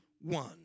one